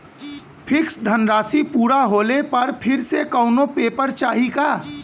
Fix धनराशी पूरा होले पर फिर से कौनो पेपर चाही का?